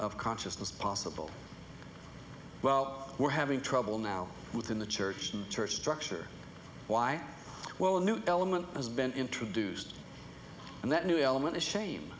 of consciousness possible well we're having trouble now within the church and church structure why well a new element has been introduced and that new element of shame